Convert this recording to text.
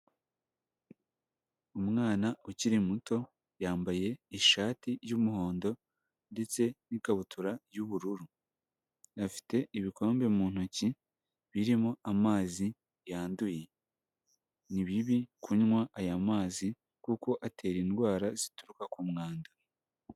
Umwana ukiri muto yambaye ishati y'umuhondo ndetse n'ikabutura y'ubururu, afite ibikombe mu ntoki birimo amazi yanduye, ni bibi kunywa aya mazi kuko atera indwara zituruka ku mwanda.